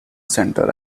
centre